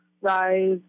rise